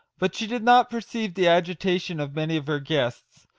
but she did not perceive the agitation of many of her guests,